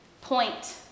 point